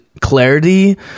clarity